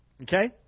okay